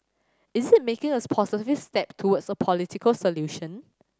is it making a positive step towards a political solution